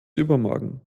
übermorgen